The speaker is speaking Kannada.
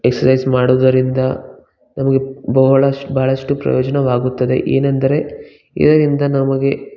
ಎಕ್ಸಸೈಜ್ ಮಾಡುವುದರಿಂದ ನಮಗೆ ಬಹಳಷ್ಟು ಬಹಳಷ್ಟು ಪ್ರಯೋಜನವಾಗುತ್ತದೆ ಏನೆಂದರೆ ಇದರಿಂದ ನಮಗೆ